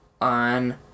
on